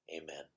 Amen